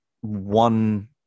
one